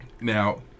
Now